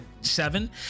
seven